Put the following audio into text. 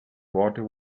water